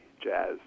jazz